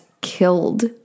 killed